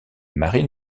marie